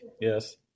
yes